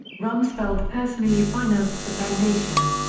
rumsfeld personally financed the foundation.